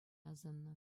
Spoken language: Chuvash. асӑннӑ